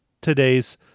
today's